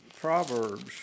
Proverbs